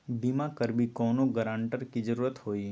बिमा करबी कैउनो गारंटर की जरूरत होई?